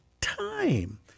time